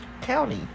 County